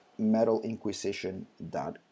metalinquisition.com